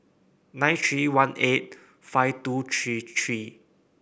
nine three one eight five two three three